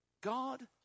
God